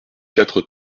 quatre